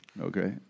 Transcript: Okay